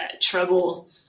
trouble